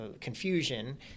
confusion